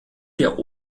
der